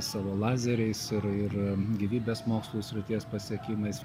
savo lazeriais ir ir gyvybės mokslų srities pasiekimais